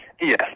Yes